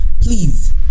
Please